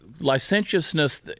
licentiousness